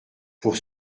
pour